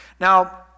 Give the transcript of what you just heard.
Now